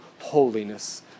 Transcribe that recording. holiness